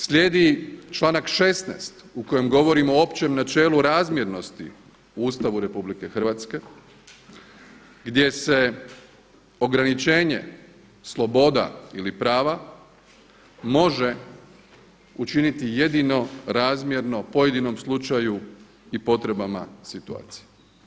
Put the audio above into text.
Slijedi članak 16. u kojem govorimo o općem načelu razmjernosti u Ustavu RH gdje se ograničenje sloboda ili prava može učiniti jedino razmjerno pojedinom slučaju i potrebama situacije.